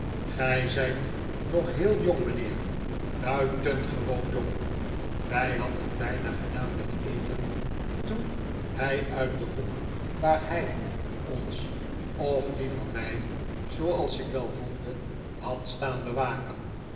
gij zijt nog heel jong mijnheer buitengewoon jong wij hadden bijna gedaan met eten toen hij uit den hoek waar hij ons of liever mij zooals ik wel voelde had staan bewaken